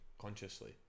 consciously